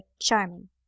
charming